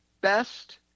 best